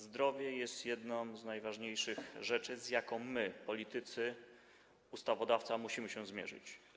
Zdrowie jest jedną z najważniejszych rzeczy, z jakimi my, politycy, ustawodawca musimy się zmierzyć.